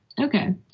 Okay